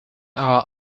are